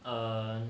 err